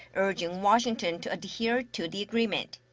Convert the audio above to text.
urging washington to adhere to the agreement.